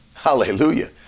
Hallelujah